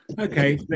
okay